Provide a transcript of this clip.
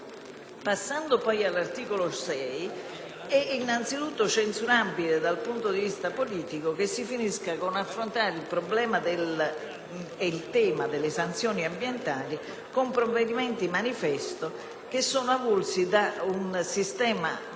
Passando poi all'articolo 6, è innanzitutto censurabile dal punto di vista politico che si finisca per affrontare il problema e il tema delle sanzioni ambientali con provvedimenti manifesto che sono avulsi da un sistema